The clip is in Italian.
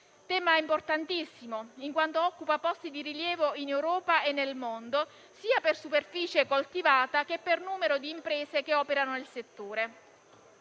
tema importantissimo, in quanto occupa posti di rilievo in Europa e nel mondo, sia per superficie coltivata, sia per numero di imprese che operano nel settore.